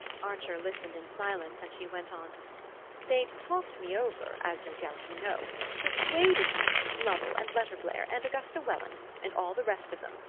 archer listened in silence, and she went on they'd talked me over, as no doubt you know persuaded me, lovell, and letterblair, and augusta welland, and all the rest of them,